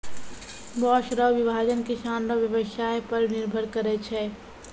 बाँस रो विभाजन किसान रो व्यवसाय पर निर्भर करै छै